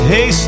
Hey